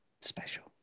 special